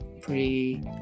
Pre